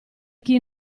chi